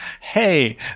hey